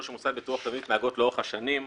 של המוסד לביטוח לאומי מתנהגות לאורך השנים.